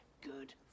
good